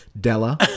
Della